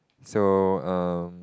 so um